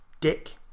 Dick